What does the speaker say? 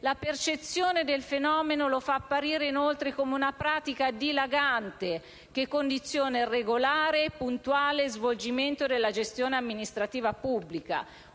la percezione del fenomeno lo fa apparire inoltre come una pratica dilagante che condiziona il regolare e puntuale svolgimento della gestione amministrativa pubblica,